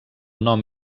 nom